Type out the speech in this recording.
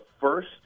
first